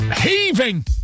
Heaving